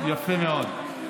יפה מאוד.